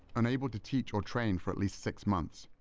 unable to teach or train for at least six months,